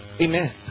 Amen